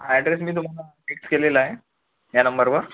address मी तुम्हाला text केलेला आहे या नंबरवर